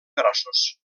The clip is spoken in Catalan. braços